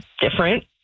different